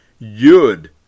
Yud